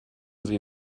sie